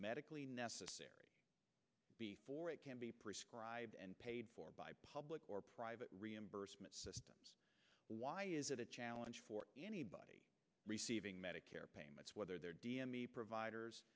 medically necessary before it can be prescribed and paid for by public or private reimbursement system why is it a challenge for anybody receiving medicare payments whether they're d